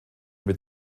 mit